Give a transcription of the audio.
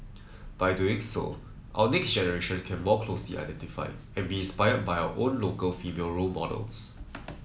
by doing so our next generation can more closely identify and be inspired by our own local female role models